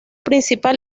principal